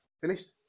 finished